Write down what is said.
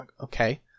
okay